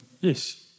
yes